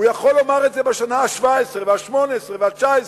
הוא יכול לומר את זה בשנה ה-17 וה-18 וה-19,